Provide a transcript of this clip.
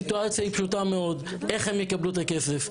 הסיטואציה היא פשוטה מאוד, איך הם יקבלו את הכסף?